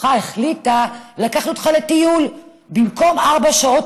המשפחה שלך החליטה לקחת אותך לטיול במקום ארבע שעות